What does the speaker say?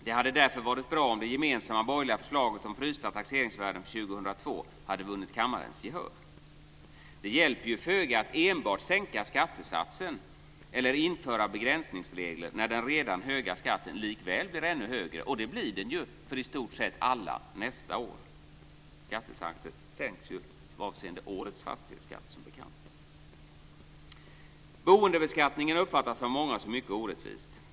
Det hade därför varit bra om det gemensamma borgerliga förslaget om frysta taxeringsvärden för 2002 hade vunnit kammarens gehör. Det hjälper ju föga att enbart sänka skattesatsen eller införa begränsningsregler när den redan höga skatten likväl blir ännu högre. Och det blir den ju för i stort sett alla nästa år - skattesatsen sänks ju avseende årets fastighetsskatt, som bekant. Boendebeskattningen uppfattas av många som mycket orättvis.